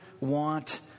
want